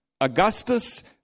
Augustus